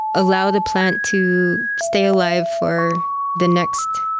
allow the plant to stay alive for the next